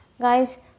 guys